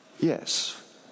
Yes